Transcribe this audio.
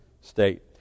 state